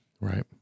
Right